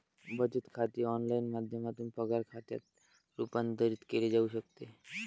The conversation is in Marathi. बचत खाते ऑनलाइन माध्यमातून पगार खात्यात रूपांतरित केले जाऊ शकते